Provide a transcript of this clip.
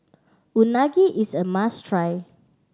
Unagi is a must try